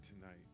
tonight